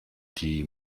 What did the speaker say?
die